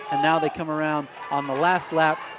and now they come around on the last lap,